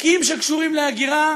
וחוקים שקשורים להגירה